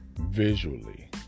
visually